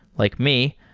like me,